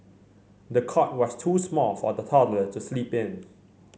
the cot was too small for the toddler to sleep in